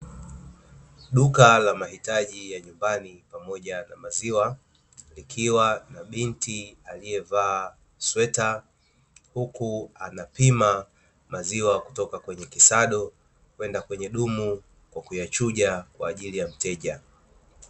Duka la mahitaji ya nyumbani pamoja na maziwa, likiwa na binti aliyevaa sweta, huku anapima maziwa kutoka kwenye kisado kwenda kwenye dumu kwa kuyachuja kwa ajili ya mteja.